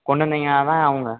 கொண்டு வந்தீங்கன்னா தான் அவங்க